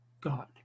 God